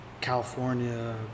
california